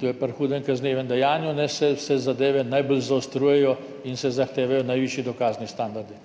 to je pri hudem kaznivem dejanju, se zadeve najbolj zaostrujejo in se zahtevajo najvišji dokazni standardi.